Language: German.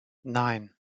nein